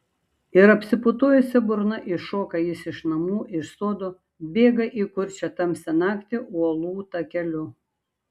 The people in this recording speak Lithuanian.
ir apsiputojusia burna iššoka jis iš namų iš sodo bėga į kurčią tamsią naktį uolų takeliu